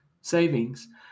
savings